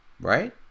right